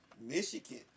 Michigan